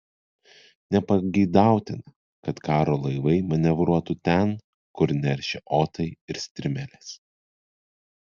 nepageidautina kad karo laivai manevruotų ten kur neršia otai ir strimelės